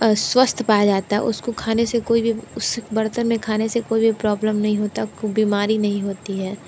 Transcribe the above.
स्वस्थ पाया जाता है उसको खाने से कोई भी उस बर्तन में खाने से कोई भी प्रॉब्लम नहीं होती बीमारी नहीं होती है